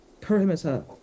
perimeter